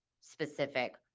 specific